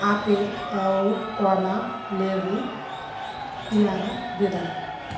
apple আঙুর কলা লেবু পেয়ারা বেদানা